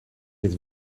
het